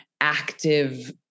active